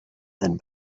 than